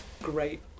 great